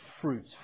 fruit